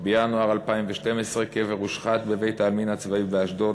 בינואר 2012 הושחת קבר בבית-העלמין הצבאי באשדוד,